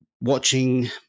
watching